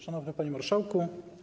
Szanowny Panie Marszałku!